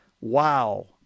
Wow